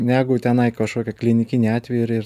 negu tenai kažkokie klinikiniai atvejai ir ir